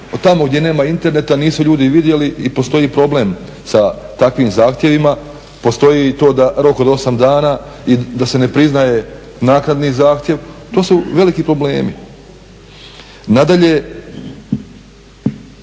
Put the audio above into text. tamo gdje nema interneta nisu ljudi vidjeli i postoji problem sa takvim zahtjevima. Postoji i to da rok od 8 dana i da se ne priznaje naknadni zahtjev. To su veliki problemi. Nadalje,